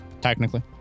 Technically